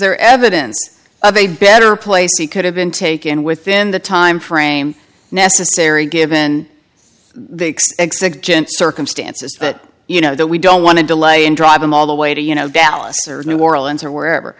there evidence of a better place he could have been taken within the timeframe necessary given the circumstances but you know that we don't want to delay and drive him all the way to you know dallas or new orleans or wherever